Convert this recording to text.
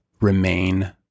remain